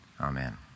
Amen